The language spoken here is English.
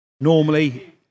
normally